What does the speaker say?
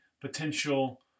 potential